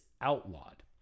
outlawed